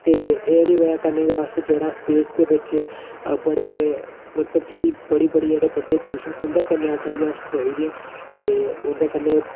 ते एह् एह्दी बजह् कन्नै अस जेह्ड़ा स्पेस दे बिच बड़े ते मतलब कि पढ़ी पढ़ियै मतलब कि बड्डे बड्डे देश न उं'दे कन्नै अज्ज आइयै अस खड़ोई गेदे न ते उं'दे कन्नै